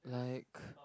like